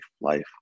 life